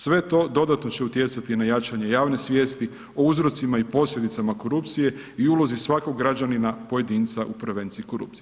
Sve to dodatno će utjecati na jačanje javne svijesti, o uzrocima i posljedicama korupcije i ulozi svakog građanina, pojedinca u prevenciji korupcije.